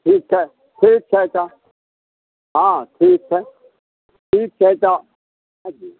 ठीक छै ठीक छै तऽ हँ ठीक छै ठीक छै तऽ अथी